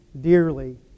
dearly